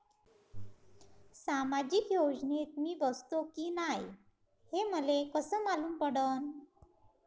सामाजिक योजनेत मी बसतो की नाय हे मले कस मालूम पडन?